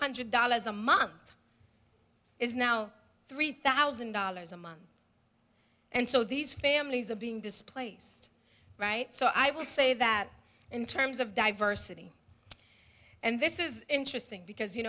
hundred dollars a month is now three thousand dollars a month and so these families are being displaced right so i will say that in terms of diversity and this is interesting because you